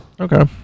Okay